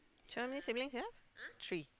so how many siblings you have three